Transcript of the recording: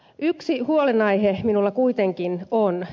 yksi huolenaihe minulla kuitenkin on